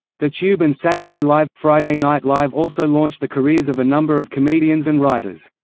the tube and saturday live friday night live also launched the careers of a number of comedians and writers.